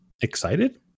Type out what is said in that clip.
excited